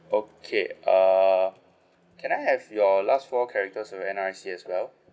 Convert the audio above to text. okay err can I have your last four characters of N_R_I_C as well